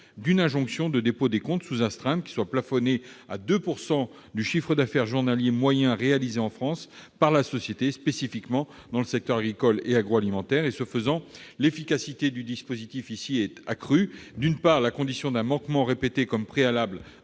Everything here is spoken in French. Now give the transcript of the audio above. d'une injonction de dépôt des comptes sous astreinte plafonnée à 2 % du chiffre d'affaires journalier moyen réalisé en France par la société, spécifiquement dans le secteur agricole et agroalimentaire. Ce faisant, l'efficacité du dispositif est accrue : d'une part, je le répète, la condition d'un manquement répété, comme préalable